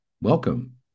Welcome